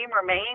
remain